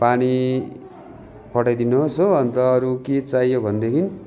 पानी पठाइदिनुहोस् हो अन्त अरू के चाहियो भनेदेखि